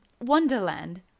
wonderland